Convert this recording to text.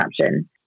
option